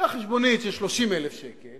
קח חשבונית של 30,000 שקל